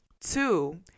Two